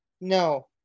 no